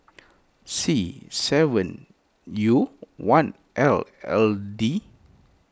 C seven U one L L D